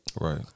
Right